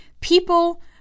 people